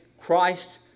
Christ